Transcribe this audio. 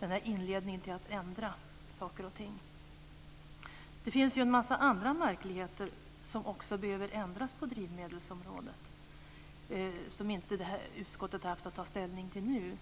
denna inledning till att ändra saker och ting. Det finns en massa andra märkligheter på drivmedelsområdet som också behöver ändras, som utskottet inte har haft att ta ställning till nu.